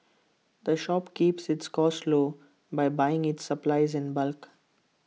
the shop keeps its costs low by buying its supplies in bulk